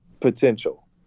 potential